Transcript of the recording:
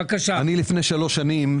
לפני שלוש שנים,